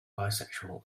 bisexual